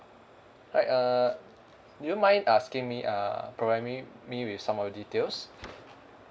hi err you mind asking me uh provide me me with some of your details